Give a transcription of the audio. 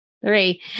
Three